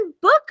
book